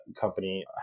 company